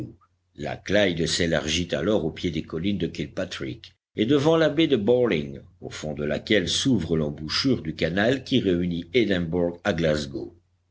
la clyde s'élargit alors au pied des collines de kilpatrick et devant la baie de bowling au fond de laquelle s'ouvre l'embouchure du canal qui réunit édimbourg à